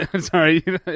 Sorry